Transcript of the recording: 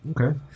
Okay